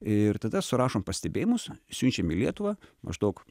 ir tada surašom pastebėjimus siunčiam į lietuvą maždaug